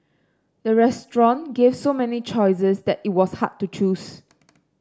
the restaurant gave so many choices that it was hard to choose